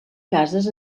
cases